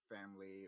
family